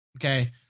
Okay